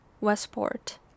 Westport